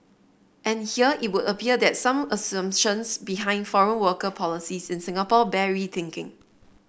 and here it would appear that some assumptions behind foreign worker policies in Singapore bear rethinking